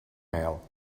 mail